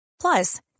Plus